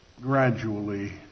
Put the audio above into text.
gradually